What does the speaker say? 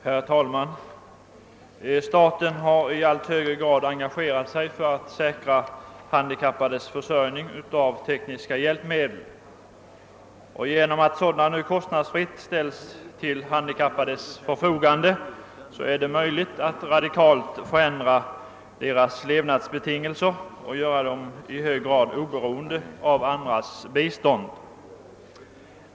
Herr talman! Staten har i allt högre grad engagerat sig för att säkra handikappades försörjning med tekniska hjälpmedel. Genom att sådana nu kostnadsfritt ställs till handikappades förfogande är det möjligt att radikalt förändra deras levnadsbetingelser och göra dem i hög grad oberoende av andras bistånd.